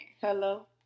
hello